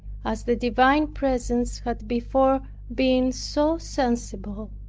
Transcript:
as the divine presence had before been so sensible.